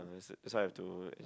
that's why I have to